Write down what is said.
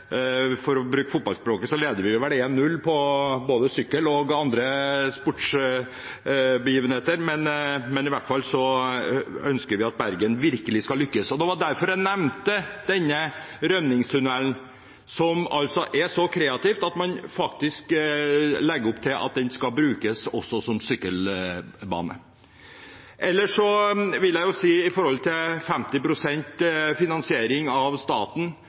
for å bruke fotballspråket, så leder vi vel 1–0 når det gjelder både sykkel og andre sportsbegivenheter. Men i hvert fall ønsker vi at Bergen virkelig skal lykkes. Det var derfor jeg nevnte denne rømningstunnelen, som altså er så kreativt at man faktisk legger opp til at den skal brukes også som sykkelbane. Ellers vil jeg si om 50 pst. finansering fra staten at det bare er 6 måneder, omtrent på dagen, siden vi vedtok det i